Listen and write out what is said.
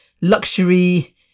luxury